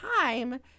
time